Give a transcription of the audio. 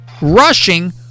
rushing